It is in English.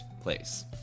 place